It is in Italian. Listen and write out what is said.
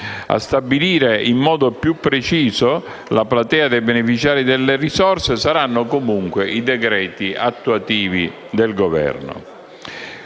A stabilire in modo più preciso la platea dei beneficiari delle risorse saranno comunque i decreti attuativi del Governo.